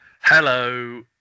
Hello